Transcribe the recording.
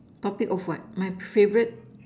topic of what my favourite